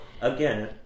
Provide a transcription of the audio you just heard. again